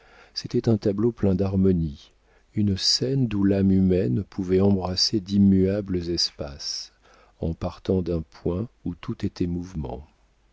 c'était un tableau plein d'harmonies une scène d'où l'âme humaine pouvait embrasser d'immuables espaces en partant d'un point où tout était mouvement